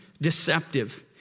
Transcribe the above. deceptive